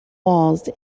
walls